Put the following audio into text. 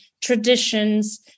traditions